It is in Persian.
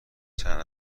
چند